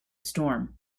storm